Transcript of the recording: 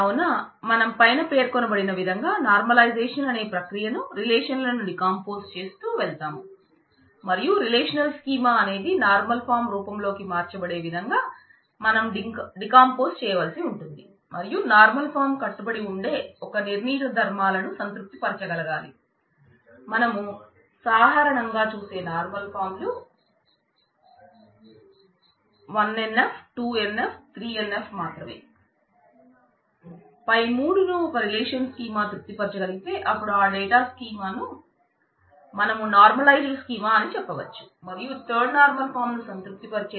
కావున మనం పైన పేర్కొనబడిన విధంగా నార్మలైజేషన్ అనే అనామలీలను పొంది ఉండదు అని చెప్పవచ్చు